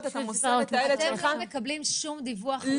אתם לא מקבלים שום דיווח?